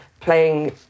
playing